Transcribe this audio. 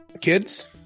kids